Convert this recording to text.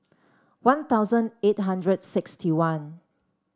One Thousand eight hundred sixty one